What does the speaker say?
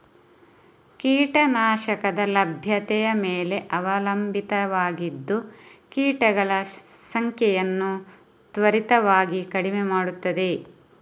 ಕೀಟ ನಾಶಕದ ಲಭ್ಯತೆಯ ಮೇಲೆ ಅವಲಂಬಿತವಾಗಿದ್ದು ಕೀಟಗಳ ಸಂಖ್ಯೆಯನ್ನು ತ್ವರಿತವಾಗಿ ಕಡಿಮೆ ಮಾಡುತ್ತದೆ